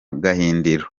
gahindiro